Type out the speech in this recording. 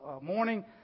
morning